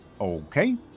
Okay